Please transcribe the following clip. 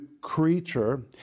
creature